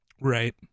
Right